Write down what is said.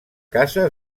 casa